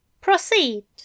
proceed